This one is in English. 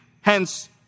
Hence